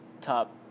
Top